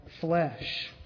flesh